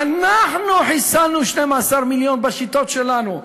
אנחנו חיסלנו 12 מיליון בשיטות שלנו,